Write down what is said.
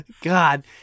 God